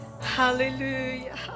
hallelujah